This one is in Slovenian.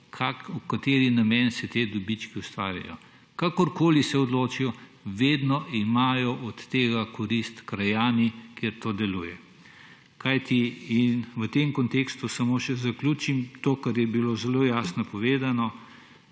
v kateri namen se ti dobički ustvarjajo. Kakorkoli se odločijo, vedno imajo od tega korist krajani, kjer to deluje. V tem kontekstu samo še zaključim to, kar je bilo zelo jasno povedano,